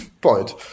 Point